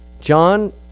John